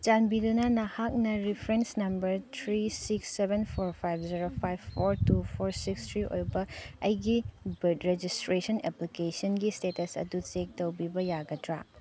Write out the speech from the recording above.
ꯆꯥꯟꯕꯤꯗꯨꯅ ꯅꯍꯥꯛꯅ reference number three six seven four five zero five four two four six three ꯑꯣꯏꯕ ꯑꯩꯒꯤ birth registration ꯑꯦꯄ꯭ꯂꯤꯀꯦꯁꯟꯒꯤ status ꯑꯗꯨ ꯆꯦꯛ ꯇꯧꯕꯤꯕ ꯌꯥꯒꯗ꯭ꯔꯥ